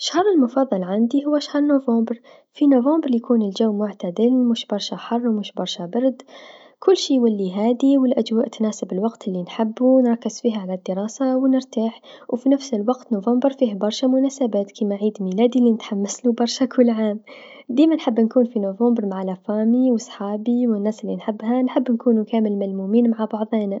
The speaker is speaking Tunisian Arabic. الشهر المفضل عندي هو شهر نوفمبر، في نوفمبر يكون الجو معتدل مش برشا حار و مش برشا برد، الكل يولي هادي و الأجوار تحب الوقت لنحبو و نركز فيه على الدراسه و نرتاح و في نفس الوقت نوفمبر في برشا مناسبات كيما عيد ميلادي لنتحمسلو برشا كل عام، ديما نحب نكون في نوفمبر مع العايله و صحابي و الناس لنحبها، نحب نكونو كامل ملمومين مع بعضانا.